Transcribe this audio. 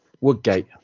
Woodgate